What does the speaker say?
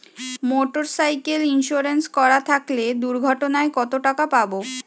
Motorcycle insurance করা থাকলে দুঃঘটনায় কতটাকা পাব?